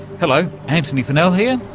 hello, antony funnell here,